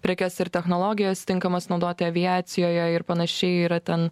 prekes ir technologijas tinkamas naudoti aviacijoje ir panašiai yra ten